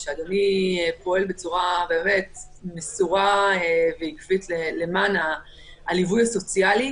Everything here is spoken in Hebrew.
שאדוני פועל בצורה מסורה ועקבית למען הליווי הסוציאלי,